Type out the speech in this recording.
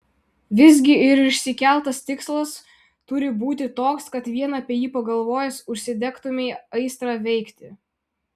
visgi ir išsikeltas tikslas turi būti toks kad vien apie jį pagalvojęs užsidegtumei aistra veikti